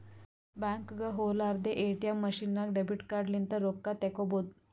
ಬ್ಯಾಂಕ್ಗ ಹೊಲಾರ್ದೆ ATM machine ನಾಗ್ ಡೆಬಿಟ್ ಕಾರ್ಡ್ ಲಿಂತ್ ರೊಕ್ಕಾ ತೇಕೊಬೋದ್